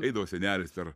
eidavo senelis per